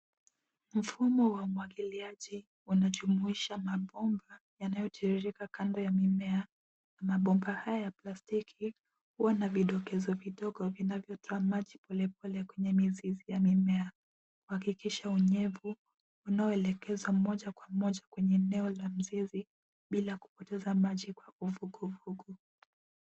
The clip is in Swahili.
Mfumo wa umwagiliaji unajumuisha mabomba yanayotiririka kando ya mimea. Mabomba haya ya plastiki huwa na vidokezo vidogo vinayotoa maji polepole kwenye mizizi ya mimea, kuhakikisha unyevu unaoelekezwa moja kwa moja kwenye eneo la mzizi, bila kupoteza maji kwa uvuguvugu.